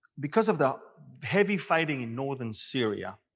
because of the heavy fighting in northern syria,